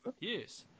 Yes